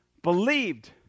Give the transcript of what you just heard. believed